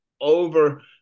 over –